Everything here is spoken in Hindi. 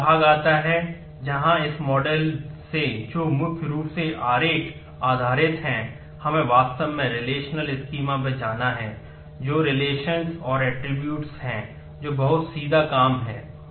अगला भाग आता है जहां इस मॉडल हैं जो बहुत सीधा काम है